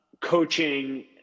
coaching